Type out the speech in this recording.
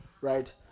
right